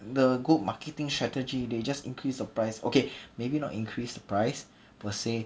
the good marketing strategy they just increase the price okay maybe not increase the price per say